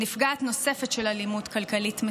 נפגעת נוספת של אלימות כלכלית,